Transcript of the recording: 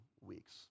weeks